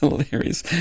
hilarious